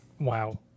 Wow